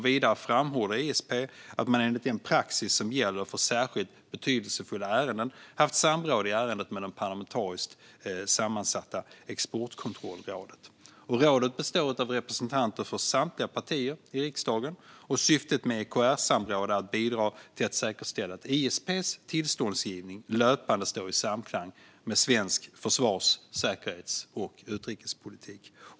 Vidare framhåller ISP att man enligt den praxis som gäller för särskilt betydelsefulla ärenden haft samråd i ärendet med det parlamentariskt sammansatta Exportkontrollrådet. Detta råd består av representanter för samtliga partier i riksdagen, och syftet med EKR-samråd är att bidra till att säkerställa att ISP:s tillståndsgivning löpande står i samklang med svensk försvars, säkerhets och utrikespolitik.